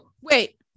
wait